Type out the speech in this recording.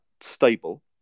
stable